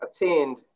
attained